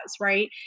right